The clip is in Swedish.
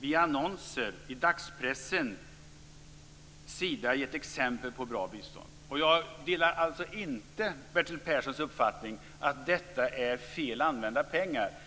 via annonser i dagspressen givit exempel på bra bistånd. Jag delar alltså inte Bertil Perssons uppfattning att detta är fel använda pengar.